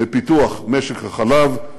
לפיתוח משק החלב,